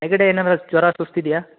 ನೆಗಡಿ ಏನಾದ್ರು ಜ್ವರ ಸುಸ್ತು ಇದೆಯಾ